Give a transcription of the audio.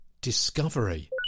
Discovery